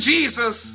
Jesus